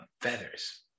feathers